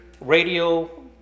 Radio